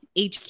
HQ